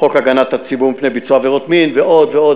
חוק הגנת הציבור מפני ביצוע עבירות מין ועוד ועוד.